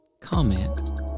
Comment